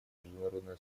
международное